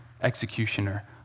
executioner